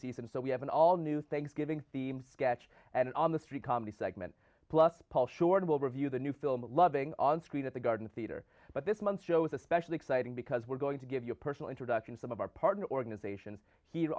season so we have an all new thanksgiving themed sketch and on the street comedy segment plus paul short will review the new film a loving onscreen at the garden theater but this month's show is especially exciting because we're going to give you a personal introduction some of our partner organizations he